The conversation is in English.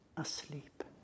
asleep